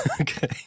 Okay